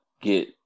get